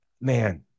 man